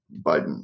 Biden